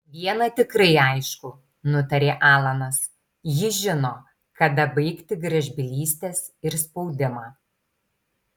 viena tikrai aišku nutarė alanas ji žino kada baigti gražbylystes ir spaudimą